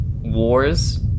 wars